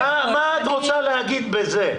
מה את רוצה להגיד בזה?